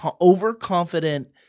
overconfident